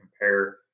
compare